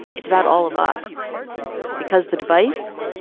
it's about all of us because the device,